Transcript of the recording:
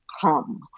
come